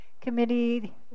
committee